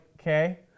okay